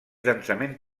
densament